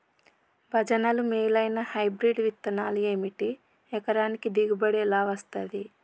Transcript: భజనలు మేలైనా హైబ్రిడ్ విత్తనాలు ఏమిటి? ఎకరానికి దిగుబడి ఎలా వస్తది?